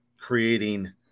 creating